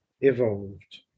evolved